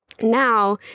Now